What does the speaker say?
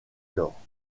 alors